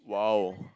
!wow!